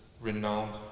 renowned